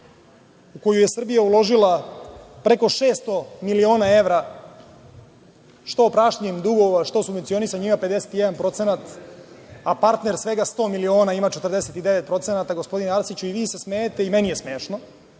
u koju je Srbija uložila preko 600 miliona evra što opraštanjem dugova, što subvencionisanjem ima 51%, a partner svega 100 miliona, ima 49%, gospodine Arsiću i vi se smejete i meni je smešno